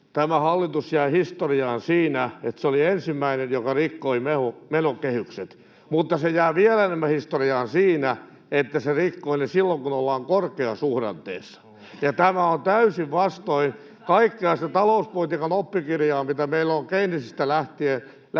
Tämä hallitus jää historiaan siinä, että se oli ensimmäinen, joka rikkoi menokehykset, mutta se jää vielä enemmän historiaan siinä, että se rikkoi ne silloin, kun ollaan korkeasuhdanteessa. Tämä on täysin vastoin kaikkea sitä talouspolitiikan oppikirjaa, mitä meille on Keynesistä lähtien